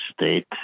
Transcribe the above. state